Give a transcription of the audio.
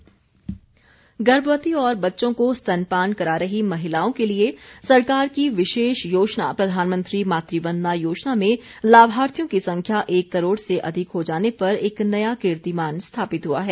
मातृ वंदना योजना गर्भवती और बच्चों को स्तनपान करा रही महिलाओं के लिए सरकार की विशेष योजना प्रधानमंत्री मातृवंदना योजना में लाभार्थियों की संख्या एक करोड़ से अधिक हो जाने पर एक नया कीर्तिमान स्थापित हुआ है